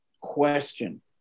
question